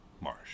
Marsh